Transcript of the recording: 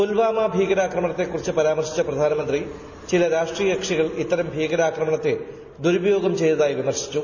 പുൽവാമ ഭീകരാക്രമണത്തെക്കുറിച്ച് പരാമർശിച്ച പ്രധാനമന്ത്രി ചില രാഷ്ട്രീയ കക്ഷികൾ ഇത്തരം ഭീകരാക്രമണത്തെ ദുരുപയോഗം ചെയ്തതായി വിമർശിച്ചു